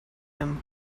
him